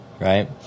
Right